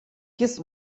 kiss